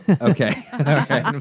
Okay